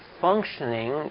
functioning